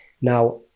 Now